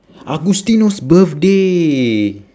agustino's birthday